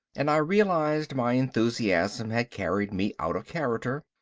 and i realized my enthusiasm had carried me out of character.